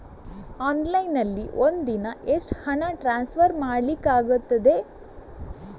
Online ನಲ್ಲಿ ಒಂದು ದಿನ ಎಷ್ಟು ಹಣ ಟ್ರಾನ್ಸ್ಫರ್ ಮಾಡ್ಲಿಕ್ಕಾಗ್ತದೆ?